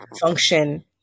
function